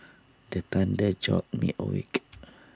the thunder jolt me awake